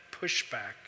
pushback